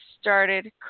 started